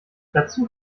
dazu